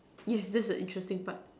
yes that's the interesting part